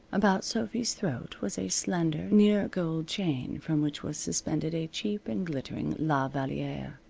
about sophy's throat was a slender, near-gold chain from which was suspended a cheap and glittering la valliere.